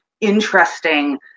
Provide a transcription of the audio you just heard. interesting